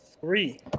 Three